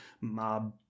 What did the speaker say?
mob